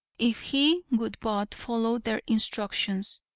if he would but follow their instructions.